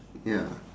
ya